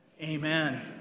amen